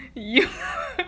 you're